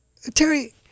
Terry